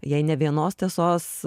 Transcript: jei ne vienos tiesos